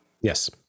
Yes